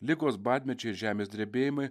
ligos badmečiai ir žemės drebėjimai